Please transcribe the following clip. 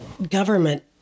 Government